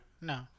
No